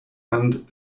and